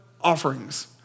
offerings